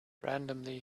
randomly